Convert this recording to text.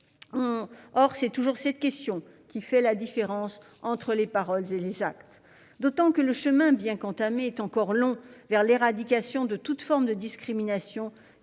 Or c'est toujours cette question qui fait la différence entre les paroles et les actes. Au demeurant, le chemin, bien qu'entamé, est encore long vers l'éradication de toute forme de discriminations